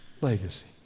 Legacy